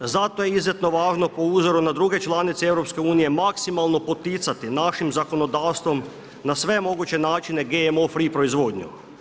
Zato je izuzetno važno po uzoru na druge članice EU maksimalno poticati našim zakonodavstvom na sve moguće načine GMO free proizvodnju.